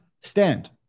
stand